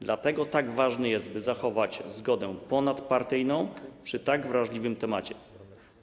Dlatego tak ważne jest, by zachować zgodę ponadpartyjną przy tak wrażliwym temacie.